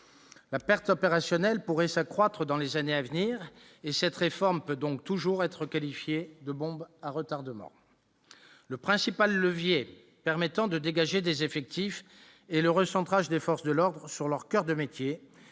la perte opérationnelle pourrait s'accroître dans les années à venir, et cette réforme peut donc toujours être qualifié de bombe à retardement, le principal levier permettant de dégager des effectifs et le recentrage des forces de l'ordre sur leur coeur de métier